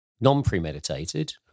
non-premeditated